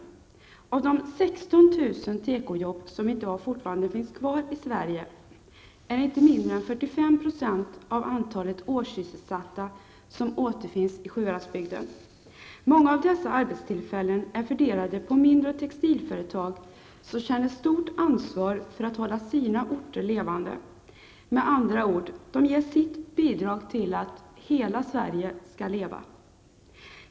När det gäller de 16 000 tekoanställda som i dag fortfarande finns i Sverige är det inte mindre än 45 % av årssysselsatta som återfinns i Sjuhäradsbygden. Många av dessa arbetstillfällen är fördelade på mindre textilföretag som känner stort ansvar för att hålla sina orter levande. Med andra ord ger de sitt bidrag till att ''Hela Sverige skall leva!''